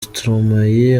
stromae